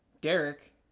Derek